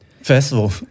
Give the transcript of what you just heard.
festival